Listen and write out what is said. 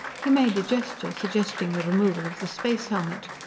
he made a gesture suggesting the removal of the space helmet.